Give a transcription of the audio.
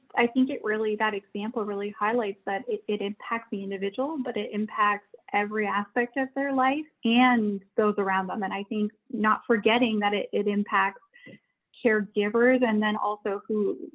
i think it really, that example really highlights that it it impacts the individual, but it impacts every aspect of their life and those around them. and i think not forgetting that it it impacts caregivers and then also who,